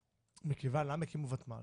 למה הקימו ותמ"ל?